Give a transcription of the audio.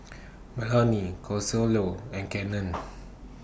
Melony Consuelo and Cannon